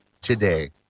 today